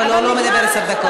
לא, לא מדבר עשר דקות.